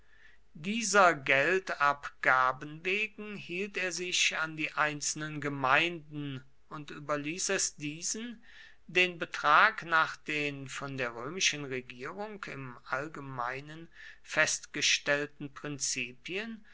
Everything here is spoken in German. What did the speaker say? dieser geldabgaben wegen hielt er sich an die einzelnen gemeinden und überließ es diesen den betrag nach den von der römischen regierung im allgemeinen festgestellten prinzipien